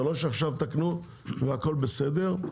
זה לא שעכשיו תתקנו והכל בסדר.